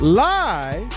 live